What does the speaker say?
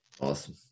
Awesome